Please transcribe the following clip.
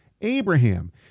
Abraham